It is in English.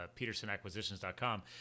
Petersonacquisitions.com